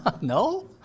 No